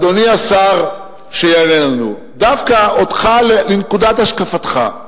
אדוני השר, שיענה לנו, דווקא אותך, לנקודת השקפתך.